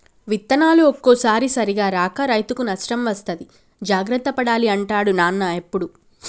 విత్తనాలు ఒక్కోసారి సరిగా రాక రైతుకు నష్టం వస్తది జాగ్రత్త పడాలి అంటాడు నాన్న ఎప్పుడు